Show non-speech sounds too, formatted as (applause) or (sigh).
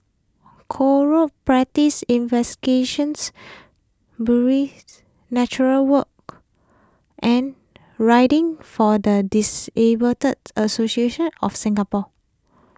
Corrupt Practices Investigations (unintelligible) Nature Walk and Riding for the Disabled (noise) Association of Singapore